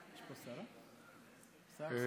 יש פה שרה, שר או שרה?